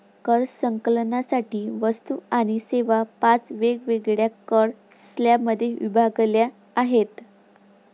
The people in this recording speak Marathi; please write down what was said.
कर संकलनासाठी वस्तू आणि सेवा पाच वेगवेगळ्या कर स्लॅबमध्ये विभागल्या आहेत